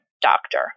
doctor